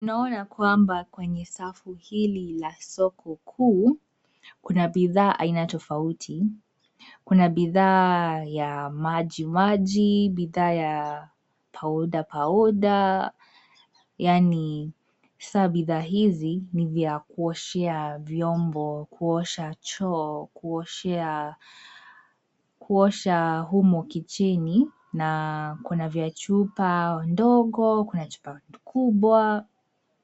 Naona kwamba kwenye safu hili la soko kuu, kuna bidhaa aina tofauti. Kuna bidhaa ya maji maji, bidhaa ya powder powder , yaani sa bidhaa hizi, ni vya kuoshea vyombo, kuosha choo, kuoshea, kuosha humo kitcheni , na kuna vya chupa ndogo kuna chupa kubwa.